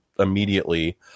Immediately